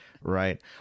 right